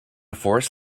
forest